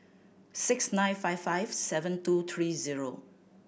six nine five five seven two three zero